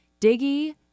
Diggy